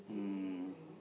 um